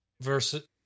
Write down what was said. versus